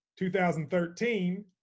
2013